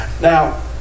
Now